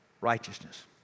righteousness